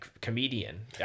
comedian